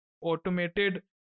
automated